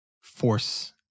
force